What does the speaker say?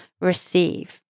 receive